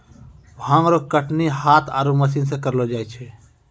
भांग रो कटनी हाथ आरु मशीन से करलो जाय छै